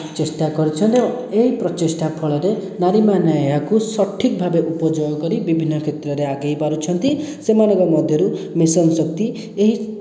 ଚେଷ୍ଟା କରୁଛନ୍ତି ଏବଂ ଏହି ପ୍ରଚେଷ୍ଟା ଫଳରେ ନାରୀମାନେ ଏହାକୁ ସଠିକ୍ ଭାବରେ ଉପଯୋଗ କରି ବିଭିନ୍ନ କ୍ଷେତ୍ରରେ ଆଗେଇ ପାରୁଛନ୍ତି ସେମାନଙ୍କ ମଧ୍ୟରୁ ମିଶନ ଶକ୍ତି ଏହି